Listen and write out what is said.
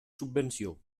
subvenció